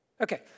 Okay